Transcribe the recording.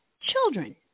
children